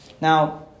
Now